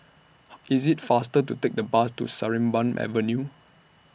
IT IS faster to Take The Bus to Sarimbun Avenue